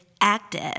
active